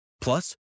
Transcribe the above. Plus